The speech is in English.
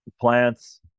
plants